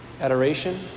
Adoration